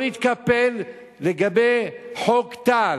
לא להתקפל לגבי חוק טל.